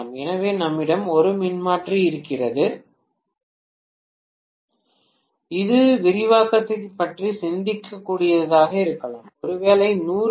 எனவே நம்மிடம் ஒரு மின்மாற்றி இருந்தது இது விரிவாக்கத்தைப் பற்றி சிந்திக்கக் கூடியதாக இருக்கலாம் ஒருவேளை 100 கே